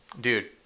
Dude